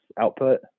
output